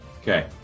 okay